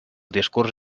discurs